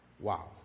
wow